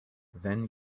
then